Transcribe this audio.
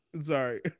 sorry